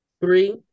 three